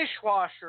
dishwasher